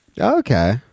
Okay